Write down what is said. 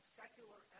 secular